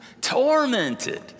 tormented